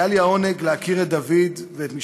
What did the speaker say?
היה לי העונג להכיר את דוד ומשפחתו,